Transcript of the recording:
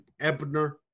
Ebner